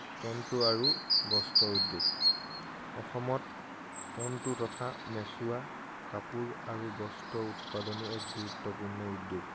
তন্তু আৰু বস্ত্ৰ উদ্যোগ অসমত তন্তু তথা মেচোৱা কাপোৰ আৰু বস্ত্ৰ উৎপাদনো এক গুৰুত্বপূৰ্ণ উদ্যোগ